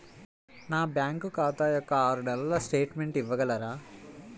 నా బ్యాంకు ఖాతా యొక్క ఆరు నెలల స్టేట్మెంట్ ఇవ్వగలరా?